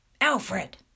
Alfred